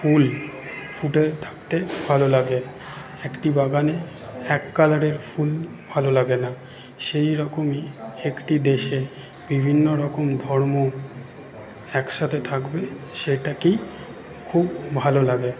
ফুল ফুটে থাকতে ভালো লাগে একটি বাগানে এক কালারের ফুল ভালো লাগে না সেই রকমই একটি দেশে বিভিন্নরকম ধর্ম একসাথে থাকবে সেটাকেই খুব ভালো লাগে